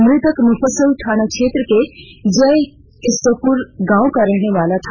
मृतक मुफ्फसिल थाना क्षेत्र के जय कीस्टोपुर गाँव का रहने वाला था